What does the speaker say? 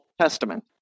Testament